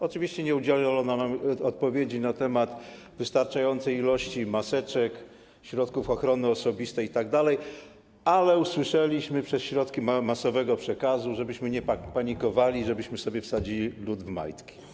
Oczywiście nie udzielono nam odpowiedzi na temat wystarczającej ilości maseczek, środków ochrony osobistej itd., ale usłyszeliśmy - w środkach masowego przekazu - żebyśmy nie panikowali, żebyśmy sobie wsadzili lód w majtki.